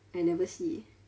I never see